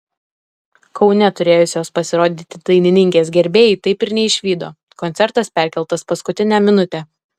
kaune turėjusios pasirodyti dainininkės gerbėjai taip ir neišvydo koncertas perkeltas paskutinę minutę